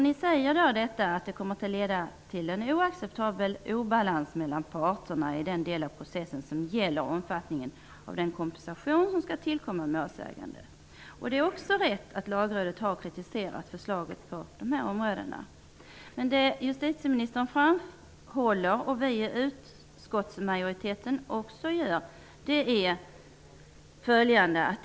Ni säger att detta kommer att leda till en oacceptabel obalans mellan parterna i den del av processen som gäller omfattningen av den kompensation som skall tillkomma målsägande. Det är också rätt att Lagrådet har kritiserat förslaget på dessa områden. Ni säger att detta kommer att leda till en oacceptabel obalans mellan parterna i den del av processen som gäller omfattningen av den kompensation som skall tillkomma målsägande. Det är också rätt att Lagrådet har kritiserat förslaget på dessa områden. Men justitieministern och vi i utskottsmajoriteten framhåller följande.